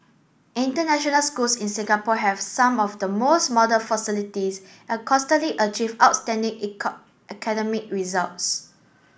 international schools in Singapore have some of the most modern facilities and consistently achieve outstanding academic results